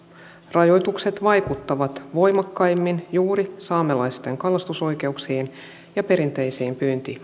rajoitukset vaikuttavat voimakkaimmin juuri saamelaisten kalastusoikeuksiin ja perinteisiin